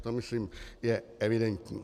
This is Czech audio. To myslím je evidentní.